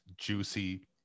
juicy